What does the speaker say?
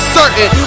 certain